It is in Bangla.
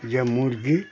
যে মুরগি